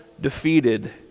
defeated